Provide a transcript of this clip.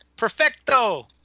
Perfecto